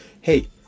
hey